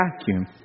vacuum